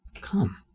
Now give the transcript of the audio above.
come